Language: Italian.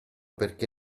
perché